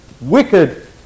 wicked